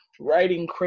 writing